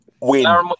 Win